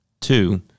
Two